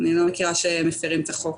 אני לא מכירה שמפרים את החוק.